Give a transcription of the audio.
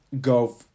go